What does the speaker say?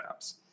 apps